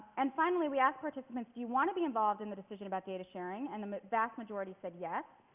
and finally, we asked participants, do you want to be involved in the decision about data sharing and the vast majority said yes.